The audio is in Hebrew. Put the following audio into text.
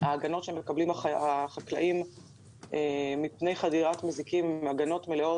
ההגנות שמקבלים החקלאים מפני חדירת מזיקים הן הגנות מלאות,